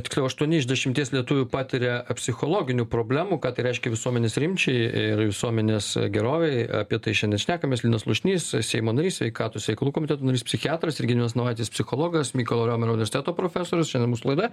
tiksliau aštuoni iš dešimties lietuvių patiria psichologinių problemų ką tai reiškia visuomenės rimčiai ir visuomenės gerovei apie tai šiandien šnekamės linas slušnys seimo narys sveikatos reikalų komiteto narys psichiatras ir gediminas navaitis psichologas mykolo romerio universiteto profesorius šiandien mūsų laidoje